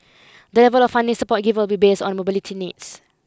the level of funding support given will be based on mobility needs